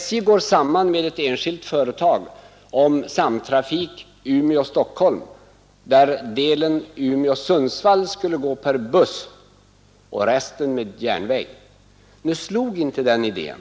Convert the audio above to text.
SJ gick samman med ett enskilt företag om samtrafik Umeå—Stockholm, varvid delen Umeå—Sundsvall skulle trafikeras med buss och resten med tåg. Nu slog inte den idén.